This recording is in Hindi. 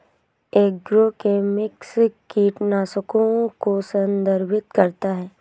एग्रोकेमिकल्स कीटनाशकों को संदर्भित करता है